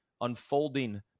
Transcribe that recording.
unfolding